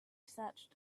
searched